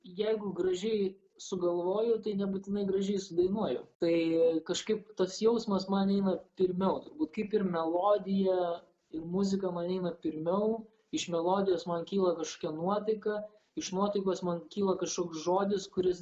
jeigu gražiai sugalvoju tai nebūtinai gražiai sudainuoju tai kažkaip tas jausmas man eina pirmiau kaip ir melodija ir muzika man eina pirmiau iš melodijos man kyla kažkokia nuotaika iš nuotaikos man kyla kažkoks žodis kuris